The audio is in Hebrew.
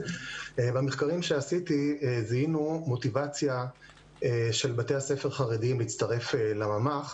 במחקרים שעשיתי זיהינו מוטיבציה של בתי ספר חרדיים להצטרף לממ"ח.